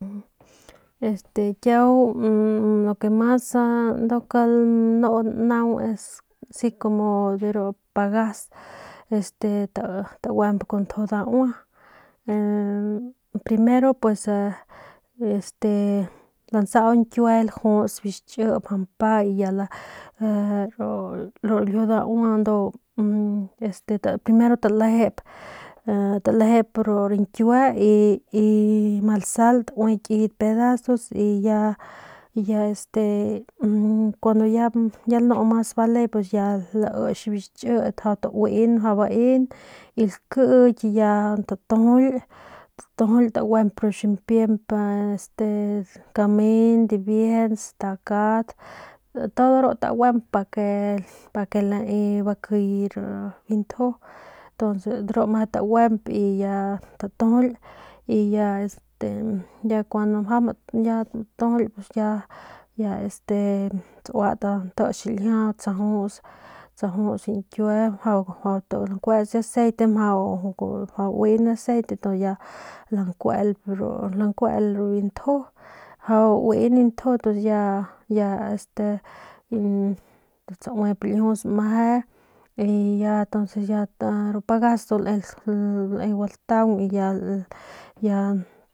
Kiau lo que mas ka lanun nnaung si como ru pagas este taguemp kun ntju daua primero pus a a este lantsau ñkiue lajuts biu xichi ya mjau mpa ya ya ru ljiu daua ndu primero talejep talejep ru rañkiue y y ma lasal taui ki pedazos y ya este y kun ya ya lanu mas bale ya laits biu xichi mjau tauiin mjau baeen y lakiiky y ya tatujuly tatujuly taguemp ru ximpiemp este kamen dibiejent stakat todo ru taguemp para ke pa ke lae bakiy ru biu ntju tuns de ru meje taguemp y ya tatujuly y ya este kun ya mjau matujuly pus ya este tsauat nda ti xiljia tsajuts biu ñkiue mjau mjau tsakuets aceite mjau uin aceite tu ya lankuelp lankuel biu nju mjau uin nju y ya ya este tsauip ljius meje ya entoncs ru pagas le gua ltaung y lajuts y ya.